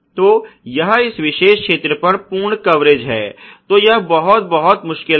तो यह इस विशेष क्षेत्र पर पूर्ण कवरेज है तो यह बहुत बहुत मुश्किल है